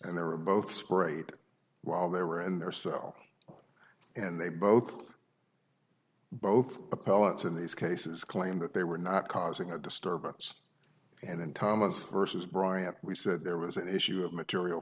and they were both sprayed while they were in their cell and they both both the pellets in these cases claim that they were not causing a disturbance and then thomas versus bryant we said there was an issue of material